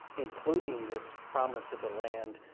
including this promise of the land,